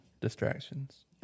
distractions